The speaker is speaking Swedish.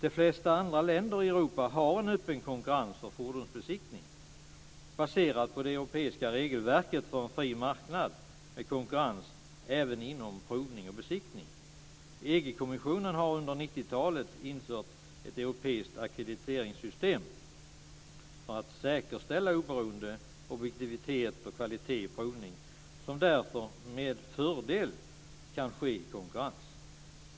De flesta andra länder i Europa har en öppen konkurrens på fordonsbesiktning, baserat på det europeiska regelverket för en fri marknad med konkurrens även inom provning och besiktning. EG kommissionen har under 90-talet infört ett europeiskt ackrediteringssystem för att säkerställa oberoende, objektivitet och kvalitet i provning, som därför med fördel kan ske i konkurrens.